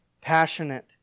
passionate